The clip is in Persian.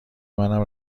منم